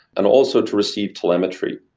and also, to receive telemetry,